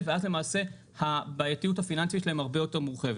ואז למעשה הבעייתיות הפיננסית שלהם הרבה יותר מורחבת.